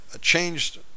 changed